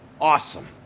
Awesome